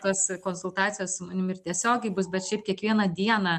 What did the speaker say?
tas konsultacijos su manim ir tiesiogiai bus bet šiaip kiekvieną dieną